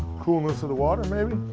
coolness of the water maybe.